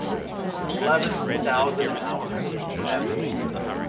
eleven thousand hours have been streamed.